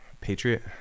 Patriot